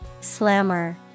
Slammer